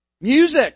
Music